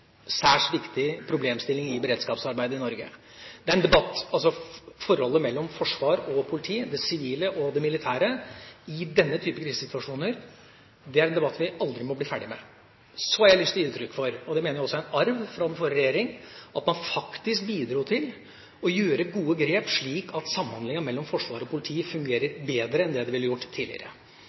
særs viktig problemstilling i beredskapsarbeidet i Norge. Forholdet mellom forsvar og politi, det sivile og det militære i denne type krisesituasjoner er en debatt vi aldri må bli ferdige med. Så har jeg lyst til å gi uttrykk for – og det mener jeg også er en arv fra den forrige regjeringa – at man faktisk bidro til å gjøre gode grep, slik at samhandlingen mellom forsvar og politi fungerer bedre enn det ville gjort tidligere.